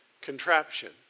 contraption